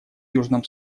южном